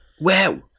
Wow